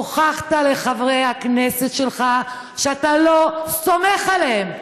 הוכחת לחברי הכנסת שלך שאתה לא סומך עליהם.